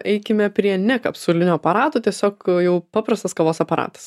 eikime prie ne kapsulinio aparato tiesiog jau paprastas kavos aparatas